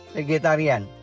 Vegetarian